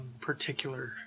particular